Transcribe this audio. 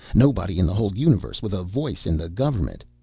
nobody in the whole universe with a voice in the government,